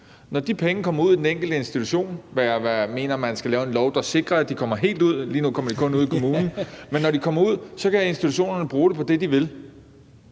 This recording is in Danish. Når de penge kommer ud i den enkelte institution – og her mener jeg, at man skal lave en lov, der sikrer, at de kommer helt derud, for lige nu kommer de kun ud i kommunen – kan de i institutionen bruge det på det, de vil.